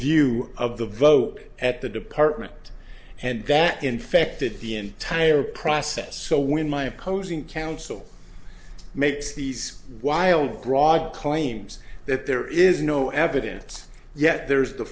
review of the vote at the department and that infected the entire process so when my opposing counsel makes these wild grog claims that there is no evidence yet there's the